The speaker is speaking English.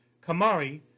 Kamari